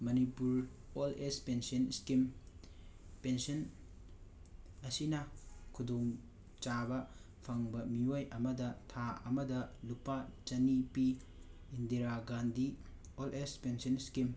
Manipur old age pension scheme pension ꯑꯁꯤꯅ ꯈꯨꯗꯣꯡ ꯆꯥꯕ ꯐꯪꯕ ꯃꯤꯌꯣꯏ ꯑꯃꯗ ꯊꯥ ꯑꯃꯗ ꯂꯨꯄꯥ ꯆꯅꯤ ꯄꯤ Indira Gandhi old age pension scheme